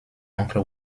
oncle